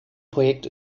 projekt